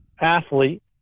athlete